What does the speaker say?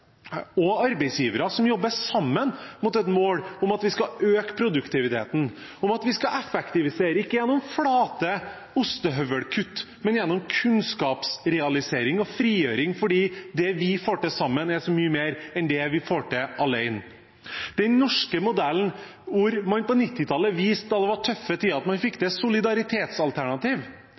og arbeidsgivere som jobber sammen mot et mål om at vi skal øke produktiviteten, og om at vi skal effektivisere – ikke gjennom flate ostehøvelkutt, men gjennom kunnskapsrealisering og frigjøring, fordi det vi får til sammen, er så mye mer enn det vi får til alene. Det er den norske modellen, hvor man på 1990-tallet – da det var tøffe tider – viste at man fikk til solidaritetsalternativ,